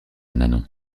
nanon